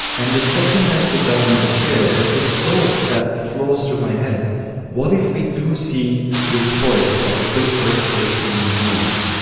and the second i sit down in the chair there's this thought that flows through my head what if we do see reports of a big earthquake in new zealand?